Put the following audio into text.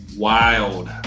wild